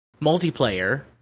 multiplayer